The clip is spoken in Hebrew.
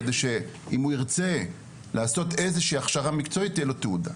כדי שאם הוא ירצה לעשות איזו שהיא הכשרה מקצועית תהיה לו תעודה.